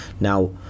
Now